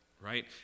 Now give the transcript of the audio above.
right